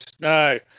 No